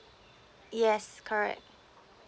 yes correct